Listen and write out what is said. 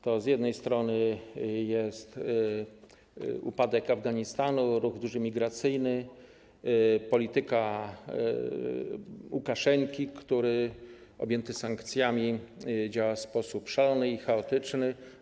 To z jednej strony jest upadek Afganistanu, duży ruch migracyjny, polityka Łukaszenki, który objęty sankcjami działa w sposób szalony i chaotyczny.